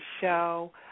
show